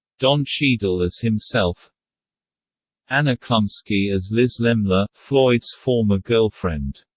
don cheadle as himself anna chlumsky as liz lemler, floyd's former girlfriend.